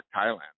Thailand